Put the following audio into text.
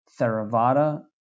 Theravada